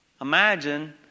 Imagine